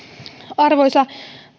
arvoisa